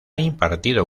impartido